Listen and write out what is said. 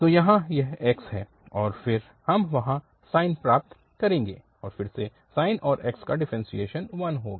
तो यहाँ यह x है और फिर हम वहाँ साइन प्राप्त करेंगे और फिर से साइन और x का डिफ्रेंशियेशन 1 होगा